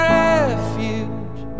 refuge